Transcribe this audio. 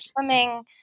swimming